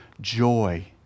joy